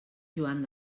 joan